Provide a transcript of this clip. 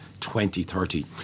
2030